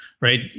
right